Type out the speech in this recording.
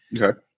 okay